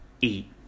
eat